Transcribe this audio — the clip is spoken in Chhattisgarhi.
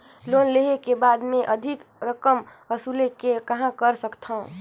लोन लेहे के बाद मे अधिक रकम वसूले के कहां कर सकथव?